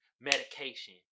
medication